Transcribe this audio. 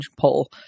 poll